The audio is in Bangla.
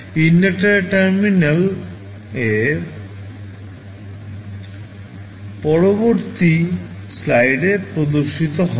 ইন্ডাক্টর টার্মিনাল A B পরবর্তী স্লাইডে প্রদর্শিত হবে